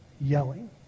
yelling